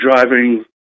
driving